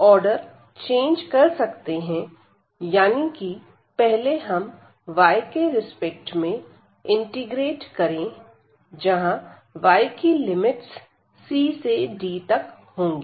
हम order change कर सकते हैं यानी कि पहले हम y के रिस्पेक्ट में इंटीग्रेट करें जहां y की लिमिट्स c से d तक होंगी